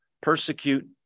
persecute